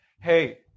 Hey